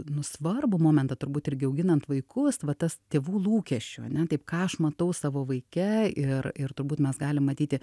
nu svarbų momentą turbūt irgi auginant vaikus va tas tėvų lūkesčių ane taip ką aš matau savo vaike ir ir turbūt mes galim matyti